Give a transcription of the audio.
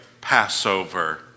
Passover